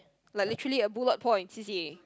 like literally a bullet point C_C_A